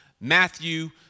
Matthew